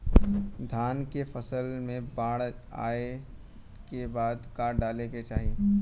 धान के फ़सल मे बाढ़ जाऐं के बाद का डाले के चाही?